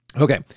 okay